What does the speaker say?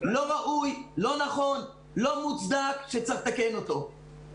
לא ראוי, לא נכון, לא מוצדק, שצריך לתקן אותו.